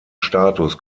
status